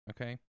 Okay